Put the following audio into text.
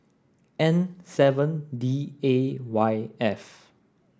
N seven D A Y F